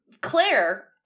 Claire